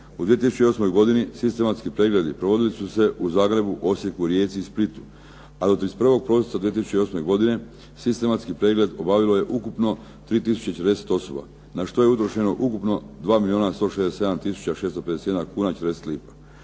U 2008. godini sistemski pregledi provodili su se u Zagrebu, Osijeku, Rijeci i Splitu, a do 31. prosinca 2008. godine sistematski pregled obavilo je ukupno 3040 osoba na što je utrošeno ukupno 2 milijuna 167 tisuća